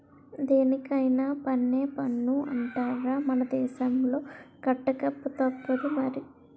దేనికైన పన్నే పన్ను అంటార్రా మన దేశంలో కట్టకతప్పదు మరి